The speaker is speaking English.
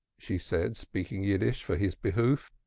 she said, speaking yiddish for his behoof,